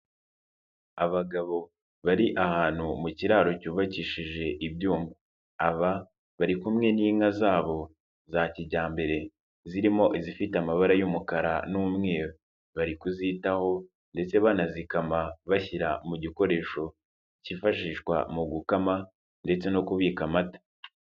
Abagabo bari ahantu mu kiraro cyubakishije ibyuma, aba bari kumwe n'inka zabo za kijyambere zirimo izifite amabara y'umukara n'umweru, bari kuzitaho ndetse banazikama bashyira mu gikoresho kifashishwa mu gukama ndetse no kubika amata.